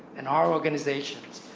and our organizations,